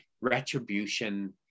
retribution